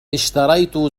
اِشتريت